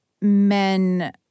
men